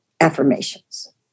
affirmations